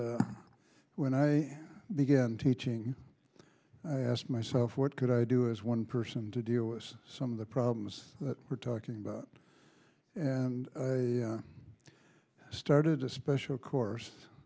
and when i began teaching i asked myself what could i do as one person to deal with some of the problems that we're talking about and i started a special